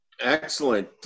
Excellent